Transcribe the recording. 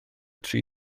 tri